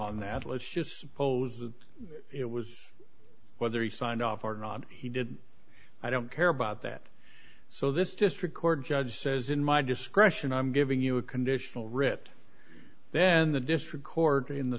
on that let's just suppose that it was whether he signed off or not he did i don't care about that so this district court judge says in my discretion i'm giving you a conditional writ then the district court in the